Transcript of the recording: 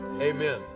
amen